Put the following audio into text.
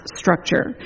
structure